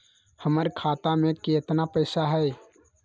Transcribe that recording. हमर खाता में केतना पैसा हई?